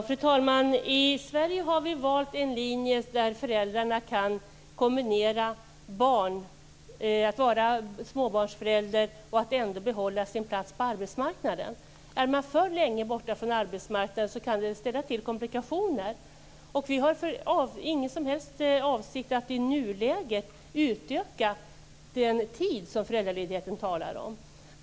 Fru talman! I Sverige har vi valt en linje där föräldrarna kan kombinera att vara småbarnsförälder och att ändå behålla sin plats på arbetsmarknaden. Är man borta för länge från arbetsmarknaden kan det leda till komplikationer. Vi har ingen som helst avsikt att i nuläget utöka den tid som föräldraledigheten varar.